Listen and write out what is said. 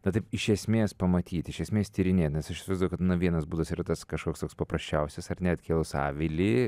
na taip iš esmės pamatyt iš esmės tyrinėt nes aš įsivaizduoju kad na vienas būdas yra tas kažkoks toks paprasčiausias ar ne atkėlus avilį